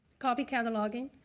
copy cataloging,